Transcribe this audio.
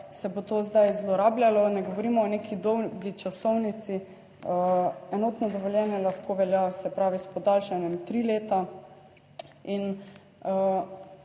se bo to zdaj zlorabljalo, ne govorimo o neki dolgi časovnici. Enotno dovoljenje lahko velja, se pravi s podaljšanjem tri leta.